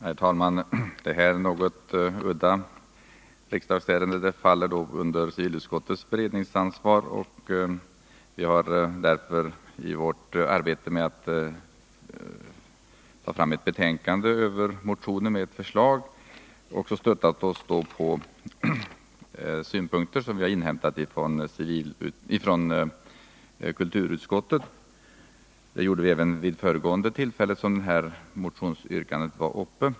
Herr talman! Det här är ett något udda riksdagsärende som faller under civilutskottets beredningsansvar. Men vi har i vårt arbete med att skriva ett betänkande med anledning av motionen inhämtat synpunkter från kulturutskottet. Det gjorde vi även vid föregående tillfälle då detta motionsyrkande ställdes.